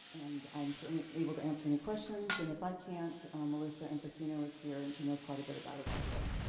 and i'm certainly able to answer any questions, and if i can't, melissa enfacino is here, and she knows quite a bit about it, also.